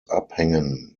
abhängen